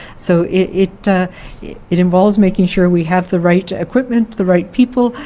so it it involves making sure we have the right equipment, the right people,